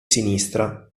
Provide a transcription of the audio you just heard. sinistra